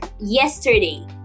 yesterday